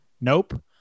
Nope